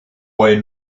way